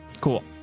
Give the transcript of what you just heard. Cool